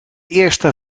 eerste